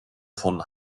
von